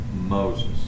Moses